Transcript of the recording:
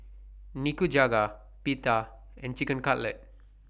Nikujaga Pita and Chicken Cutlet